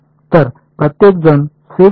तर प्रत्येकजण शेप फंक्शनशी सोयीस्कर आहे